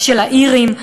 של האירים.